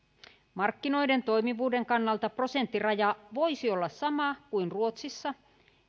markkinoiden toimivuuden kannalta prosenttiraja voisi olla sama kuin ruotsissa